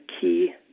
key